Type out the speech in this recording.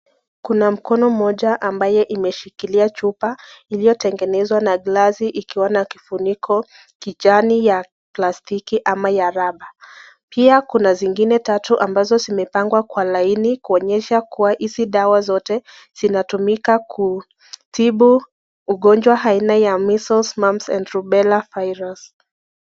Kuna mkono moja ambaye imeshikilia chupa iliyo tengenezwa na glasi ikiwa na kifuniko kijani ya plastiki ama ya rubber pia kuna zingine tatu ambazo zimepangwa kwa laini kuonyesha hizi dawa zote zinztumika kutibu ugonjwa aina ya measles, mumps and rubella virus .